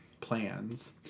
plans